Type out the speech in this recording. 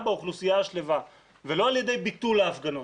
באוכלוסייה השלווה ולא על ידי ביטול ההפגנות.